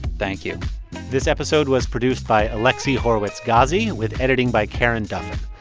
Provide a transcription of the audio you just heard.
thank you this episode was produced by alexi horowitz-ghazi, with editing by karen duffin.